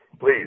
Please